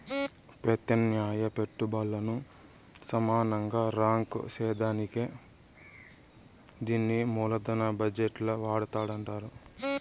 పెత్యామ్నాయ పెట్టుబల్లను సమానంగా రాంక్ సేసేదానికే దీన్ని మూలదన బజెట్ ల వాడతండారు